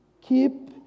Keep